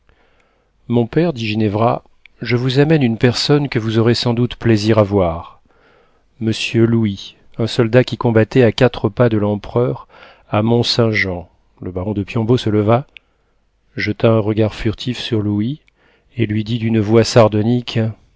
mon père dit ginevra je vous amène une personne que vous aurez sans doute plaisir à voir monsieur louis un soldat qui combattait à quatre pas de l'empereur à mont-saint-jean le baron de piombo se leva jeta un regard furtif sur louis et lui dit d'une voix sardonique